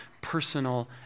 personal